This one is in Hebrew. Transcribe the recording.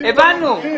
לעבוד.